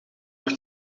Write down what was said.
nog